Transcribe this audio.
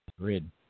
grid